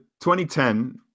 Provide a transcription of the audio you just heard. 2010